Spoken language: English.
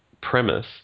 premise